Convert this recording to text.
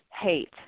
hate